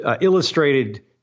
illustrated